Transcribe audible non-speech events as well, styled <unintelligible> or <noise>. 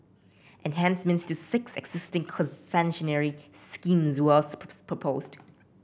enhancements to six existing concessionary schemes were also <unintelligible> proposed